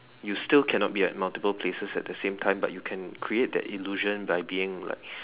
you still cannot be at multiple places at the same time but you can create that illusion by being like